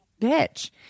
bitch